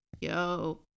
yo